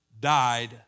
died